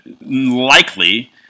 likely